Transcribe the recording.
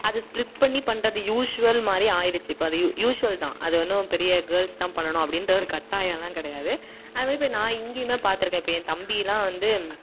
அது ஸ்பிலிட் பண்ணி பண்ணுறது யூஷுவல் மாதிரி ஆகிருச்சு இப்போ அது யூ யூஷுவல் தான் அது ஒன்றும் பெரிய கேர்ள்ஸ் தான் பண்ணணும் அப்படின்ற ஒரு கட்டாயம்லாம் கிடையாது அதுமாதிரி இப்போ நான் இங்கேயுமே பார்த்துருக்கேன் இப்போ என் தம்பிலாம் வந்து